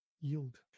yield